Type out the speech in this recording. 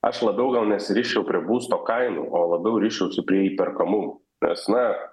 aš labiau gal nesiriščiau prie būsto kainų o labiau riščiausi prie įperkamumo nes na